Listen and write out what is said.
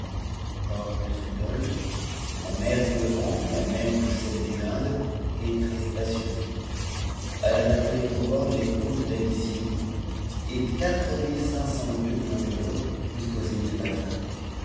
hors de ce golfe la mer du levant la même que celle des indes est très spacieuse elle a d'au côté pour bornes les côtes d'abyssinie et quatre mille cinq cents lieues de longueur jusqu'aux îles de